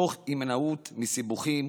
תוך הימנעות מסיבוכים